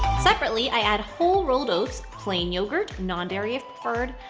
separately, i add whole rolled oats, plain yogurt, non-dairy preferred,